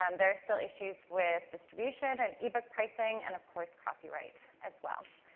um there are still issues with distribution and ebook pricing and, of course, copyright as well.